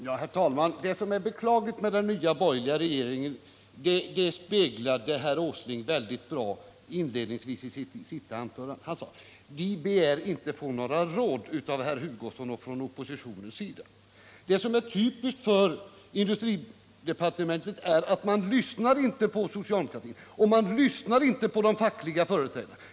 Herr talman! Det som är beklagligt med den nya borgerliga regeringen speglade herr Åsling mycket bra i inledningen till sitt senaste anförande. Han sade: Vi begär inte att få några råd från herr Hugossons och oppositionens sida. Det typiska för industridepartementet är att man inte lyssnar på socialdemokratin och de fackliga företrädarna.